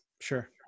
Sure